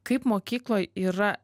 kaip mokykloj yra